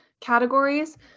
categories